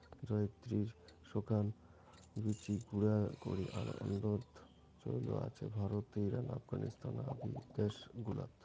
জয়িত্রির শুকান বীচি গুঁড়া করি আন্দনোত চৈল আছে ভারত, ইরান, আফগানিস্তান আদি দ্যাশ গুলাত